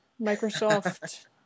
Microsoft